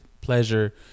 pleasure